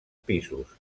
pisos